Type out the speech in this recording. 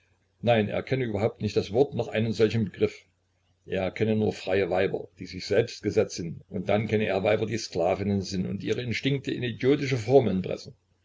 nein er kenne überhaupt nicht das wort noch einen solchen begriff er kenne nur freie weiber die sich selbst gesetz sind und dann kenne er weiber die sklavinnen sind und ihre instinkte in idiotische formeln pressen